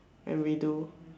and redo